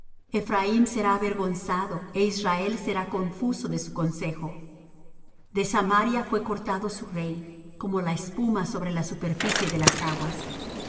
ephraim será avergonzado é israel será confuso de su consejo de samaria fué cortado su rey como la espuma sobre la superficie de las aguas y